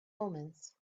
omens